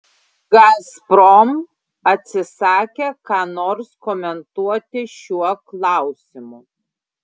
gazprom atsisakė ką nors komentuoti šiuo klausimu